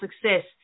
success